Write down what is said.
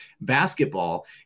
basketball